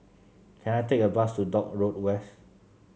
can I take a bus to Dock Road West